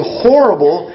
horrible